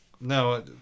No